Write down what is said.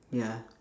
ya